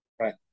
Right